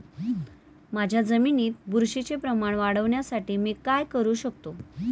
माझ्या जमिनीत बुरशीचे प्रमाण वाढवण्यासाठी मी काय करू शकतो?